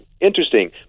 Interesting